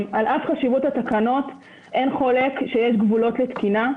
על אף חשיבות התקנות, אין חולק שיש גבולות לתקינה.